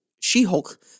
She-Hulk